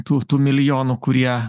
tų tų milijonų kurie